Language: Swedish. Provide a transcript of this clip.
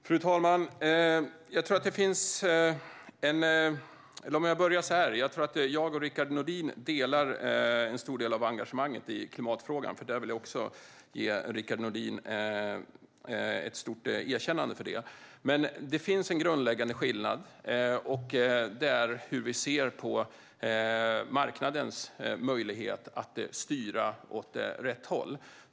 Fru talman! Rickard Nordin och jag delar en stor del av engagemanget i klimatfrågan, och jag vill ge Rickard Nordin ett stort erkännande för detta. Men det finns en grundläggande skillnad, och den gäller hur vi ser på marknadens möjlighet att styra åt rätt håll.